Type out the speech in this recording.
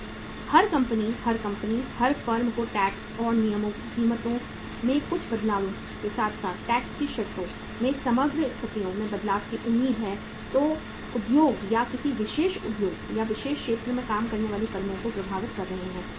तो हर कंपनी हर कंपनी हर फर्म को टैक्स और नियमों में कीमतों में कुछ बदलावों के साथ साथ टैक्स की शर्तों में समग्र स्थितियों में बदलाव की उम्मीद है जो उद्योग या किसी विशेष उद्योग या विशेष क्षेत्र में काम करने वाली फर्मों को प्रभावित कर रहे हैं